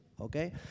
Okay